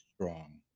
strong